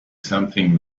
something